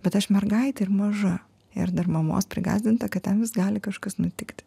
bet aš mergaitė ir maža ir dar mamos prigąsdinta kad ten vis gali kažkas nutikti